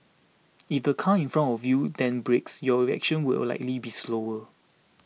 if the car in front of you then brakes your reaction will likely be slower